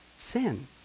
Sin